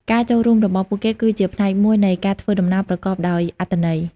ការចូលរួមរបស់ពួកគេគឺជាផ្នែកមួយនៃការធ្វើដំណើរប្រកបដោយអត្ថន័យ។